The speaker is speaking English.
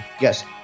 Yes